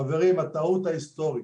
חברים, הטעות ההיסטורית,